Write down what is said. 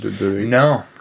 no